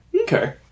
Okay